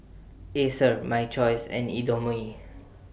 Acer My Choice and Indomie